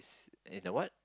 in a what